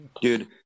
dude